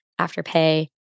Afterpay